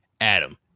Adam